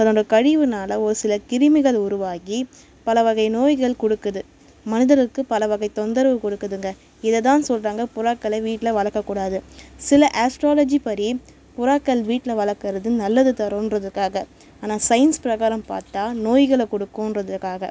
தன்னோட கழிவுனால ஒரு சில கிருமிகள் உருவாகி பலவகை நோய்கள் கொடுக்குது மனிதர்களுக்கு பலவகை தொந்தரவு கொடுக்குதுங்க இததான் சொல்றாங்க புறாக்களை வீட்டில் வளர்க்கக்கூடாது சில ஆஸ்ட்ராலஜிபடி புறாக்கள் வீட்டில் வளர்க்கறது நல்லது தரும்ன்றதுக்காக ஆனால் சயின்ஸ் பிரகாரம் பார்த்தா நோய்களை கொடுக்குன்றதுக்காக